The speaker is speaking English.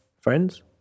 friends